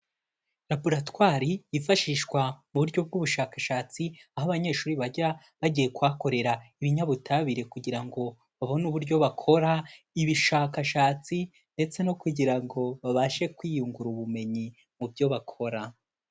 Laboratwari yifashishwa mu buryo bw'ubushakashatsi, aho abanyeshuri bajya bagiye kuhakorera ibinyabutabire kugira ngo babone uburyo bakora ibishakashatsi ndetse no kugira ngo babashe kwiyungura ubumenyi mu byo bakora.